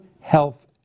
Health